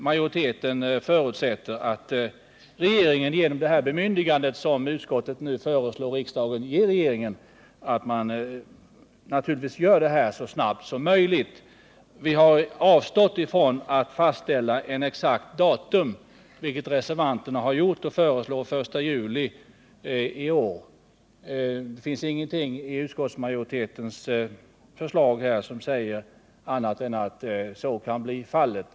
Majoriteten förutsätter att regeringen, genom det bemyndigande som utskottet nu föreslår riksdagen att ge regeringen, gör det här så snabbt som möjligt. Vi har avstått från att fastställa exakt datum, vilket reservanterna gjort; de föreslår den 1 juli i år. Det finns inget i utskottsmajoritetens förslag som säger att så inte kan bli fallet.